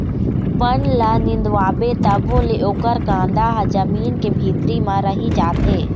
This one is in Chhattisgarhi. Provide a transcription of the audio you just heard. बन ल निंदवाबे तभो ले ओखर कांदा ह जमीन के भीतरी म रहि जाथे